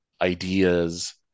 ideas